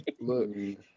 Look